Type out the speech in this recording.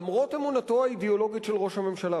למרות אמונתו האידיאולוגית של ראש הממשלה,